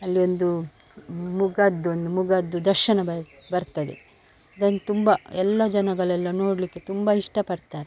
ಅಲ್ಲಿ ಒಂದು ಮುಗದ್ದೊಂದ್ ಮುಗದ್ದು ದರ್ಶನ ಬರು ಬರ್ತದೆ ಅದನ್ನು ತುಂಬ ಎಲ್ಲ ಜನಗಳೆಲ್ಲ ನೋಡಲಿಕ್ಕೆ ತುಂಬ ಇಷ್ಟಪಡ್ತಾರೆ